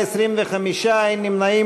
מי נגדה?